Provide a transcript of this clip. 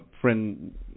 friend